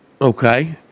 Okay